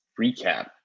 recap